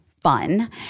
fun